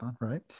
Right